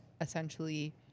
essentially